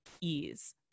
ease